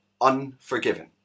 unforgiven